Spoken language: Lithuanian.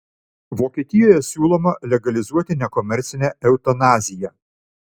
vokietijoje siūloma legalizuoti nekomercinę eutanaziją